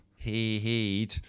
heed